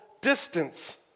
distance